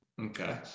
Okay